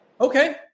Okay